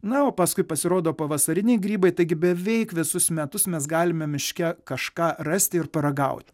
na o paskui pasirodo pavasariniai grybai taigi beveik visus metus mes galime miške kažką rasti ir paragaut